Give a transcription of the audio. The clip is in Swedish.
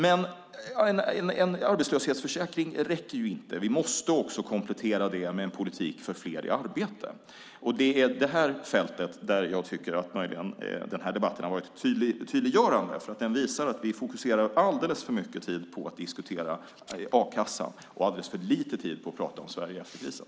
Men en arbetslöshetsförsäkring räcker inte. Vi måste komplettera den med en politik för fler i arbete. På det fältet tycker jag att denna debatt har varit tydliggörande, för den visar att vi ägnar alldeles för mycket tid åt att diskutera a-kassan och alldeles för lite tid åt att prata om Sverige efter krisen.